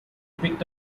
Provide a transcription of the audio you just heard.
picked